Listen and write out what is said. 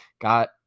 got